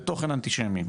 בתוכן אנטישמי,